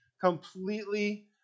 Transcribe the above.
completely